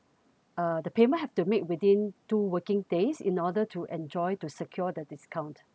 uh the payment have to make within two working days in order to enjoy to secure the discount